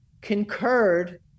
concurred